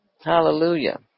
hallelujah